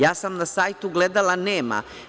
Ja sam na sajtu gledala – nema.